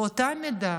באותה מידה